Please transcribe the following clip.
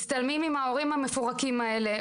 מצטלמים עם ההורים המפורקים האלה,